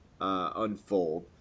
unfold